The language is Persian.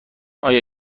آیا